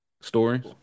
Stories